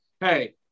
hey